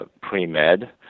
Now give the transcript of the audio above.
pre-med